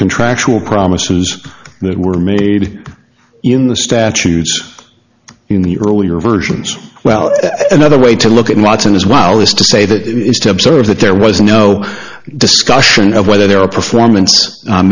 the contractual promises that were made in the statutes in the earlier versions well another way to look at matson as well is to say that it is to observe that there was no discussion of whether there are performance